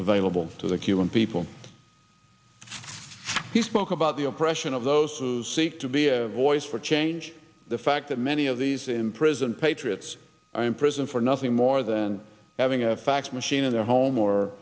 available to the cuban people he spoke about the oppression of those who seek to be a voice for change the fact that many of these imprisoned patriots i imprisoned for nothing more than having a fax machine in their home or